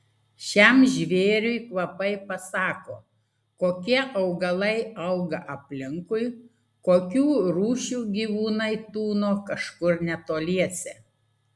šiam žvėriui kvapai pasako kokie augalai auga aplinkui kokių rūšių gyvūnai tūno kažkur netoliese